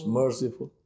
merciful